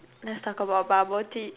let's talk about bubble tea